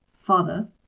father